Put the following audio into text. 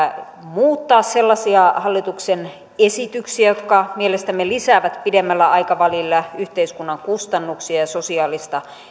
muuttaa sellaisia hallituksen esityksiä jotka mielestämme lisäävät pidemmällä aikavälillä yhteiskunnan kustannuksia ja sosiaalista